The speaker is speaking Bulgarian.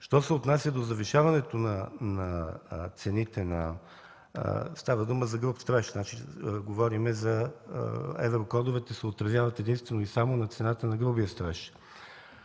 Що се отнася до завишаването на цените, става дума за груб строеж. Говорим за – еврокодовете се отразяват единствено и само на цената на грубия строеж,